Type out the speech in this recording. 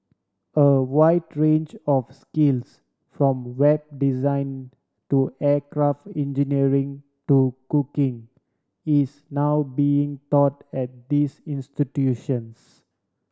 a wide range of skills from Web design to aircraft engineering to cooking is now being taught at these institutions